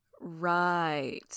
Right